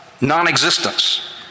non-existence